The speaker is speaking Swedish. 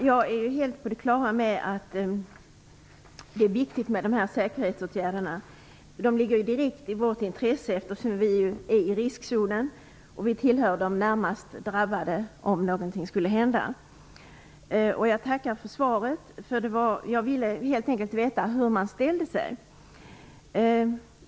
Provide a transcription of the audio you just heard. Fru talman! Jag är helt på det klara med att dessa säkerhetsåtgärder är viktiga. De ligger direkt i vårt intresse eftersom vi är i riskzonen. Vi tillhör de närmast drabbade om någonting skulle hända. Jag tackar för svaret. Jag ville helt enkelt veta hur man ställde sig.